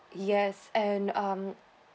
yes and um from